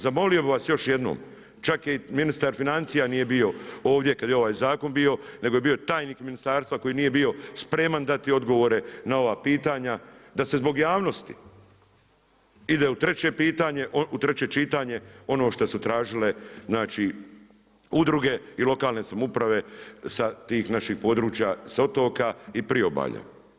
Zamolio bih vas još jednom, čak je i ministar financija nije bio ovdje kada je ovaj zakon bio nego je tajnik ministarstva koji nije bio spreman dati odgovore na ova pitanja da se zbog javnosti ide u treće čitanje, ono što su tražile znači udruge i lokalne samouprave, sa tih naših područja, sa otoka i priobalja.